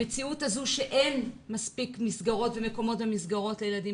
המציאות הזו שאין מספיק מסגרות ומקומות לילדים